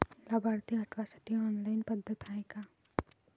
लाभार्थी हटवासाठी ऑनलाईन पद्धत हाय का?